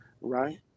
right